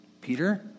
Peter